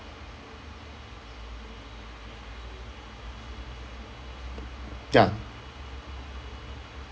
ya